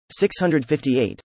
658